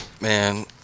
Man